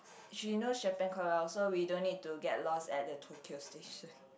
she knows Japan quite well so we don't need to get lost at the Tokyo station